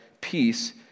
peace